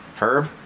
Herb